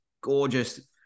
gorgeous